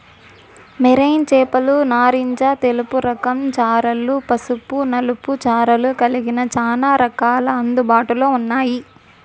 marine చేపలు నారింజ తెలుపు రకం చారలు, పసుపు నలుపు చారలు కలిగిన చానా రకాలు అందుబాటులో ఉన్నాయి